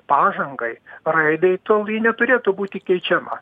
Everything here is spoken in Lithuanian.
pažangai raidai tol ji neturėtų būti keičiama